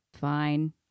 Fine